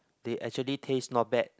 they actually taste not bad